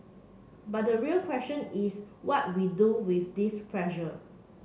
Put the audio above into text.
but the real question is what we do with this pressure